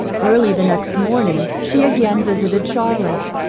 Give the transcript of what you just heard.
early the next morning she again visited charlotte,